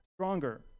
stronger